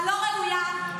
הלא-ראויה,